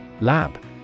Lab